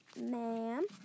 ma'am